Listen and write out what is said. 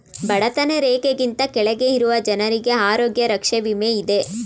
ಬಡತನ ರೇಖೆಗಿಂತ ಕೆಳಗೆ ಇರುವ ಜನರಿಗೆ ಆರೋಗ್ಯ ರಕ್ಷೆ ವಿಮೆ ಇದೆ